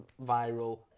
viral